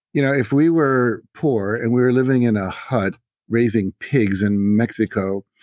you know if we were poor and we were living in a hud raising pigs in mexico,